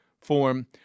form